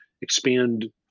expand